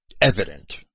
evident